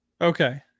okay